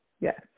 Yes